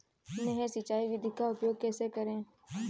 नहर सिंचाई विधि का उपयोग कैसे करें?